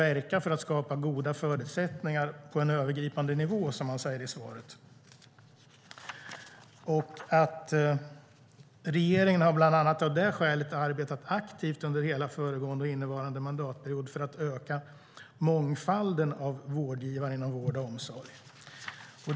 verka för att skapa goda förutsättningar på en övergripande nivå" och att "regeringen har bland annat av det skälet arbetat aktivt under hela föregående och innevarande mandatperiod för att öka mångfalden av vårdgivare inom vård och omsorg".